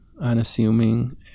unassuming